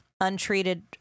untreated